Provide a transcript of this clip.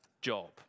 job